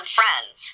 friends